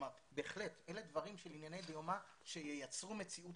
כלומר בהחלט אלה דברים של ענייני דיומא שייצרו מציאות